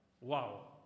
Wow